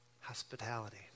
Hospitality